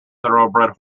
thoroughbred